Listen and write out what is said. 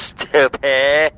Stupid